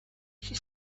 she